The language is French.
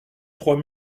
trois